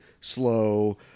slow